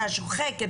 שוחקת,